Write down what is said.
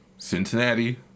Cincinnati